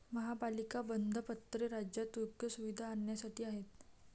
महापालिका बंधपत्रे राज्यात योग्य सुविधा आणण्यासाठी आहेत